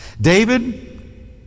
David